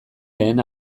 lehen